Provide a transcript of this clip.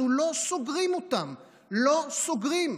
אנחנו לא סוגרים אותם, לא סוגרים,